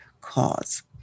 cause